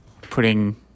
putting